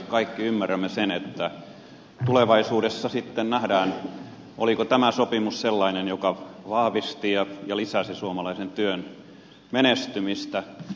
kaikki ymmärrämme sen että tulevaisuudessa sitten nähdään oliko tämä sopimus sellainen joka vahvisti ja lisäsi suomalaisen työn menestymistä